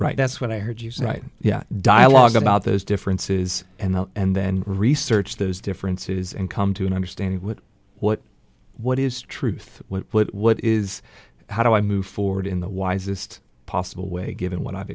right that's what i heard you say right yeah dialogue about those differences and and then research those differences and come to an understanding what what is truth what is how do i move forward in the wisest possible way given what i've